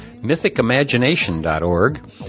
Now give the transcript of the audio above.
mythicimagination.org